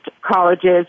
colleges